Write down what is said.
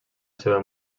seva